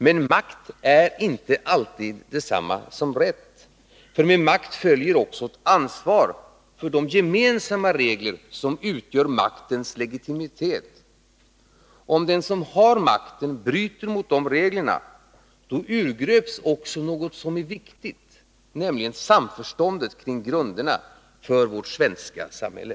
Men makt är inte alltid detsamma som rätt. Med makten följer också ansvaret för de gemensamma regler som utgör maktens legitimitet. Om den som har makten bryter mot dessa regler, urgröps något mycket viktigt, nämligen samförståndet kring grunderna för vårt svenska samhälle.